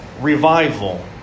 revival